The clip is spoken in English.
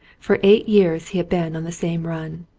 for eight years he had been on the same run.